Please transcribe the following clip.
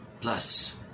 plus